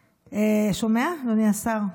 שומע, אדוני השר?